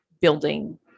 building